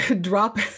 drop